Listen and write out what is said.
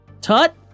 Tut